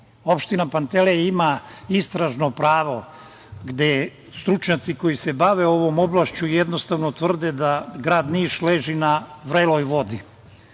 Opština Pantelej ima istražno pravo, gde stručnjaci koji se bave ovom oblašću jednostavno tvrde da grad Niš leži na vreloj vodi.